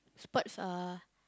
sports are